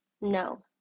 No